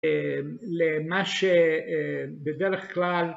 למה שבדרך כלל...